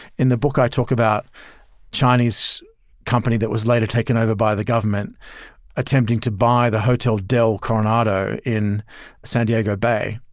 in the book i talk about chinese company that was later taken over by the government attempting to buy the hotel del coronado in san diego bay